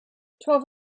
twelve